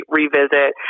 revisit